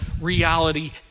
reality